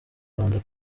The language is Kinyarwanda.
rwanda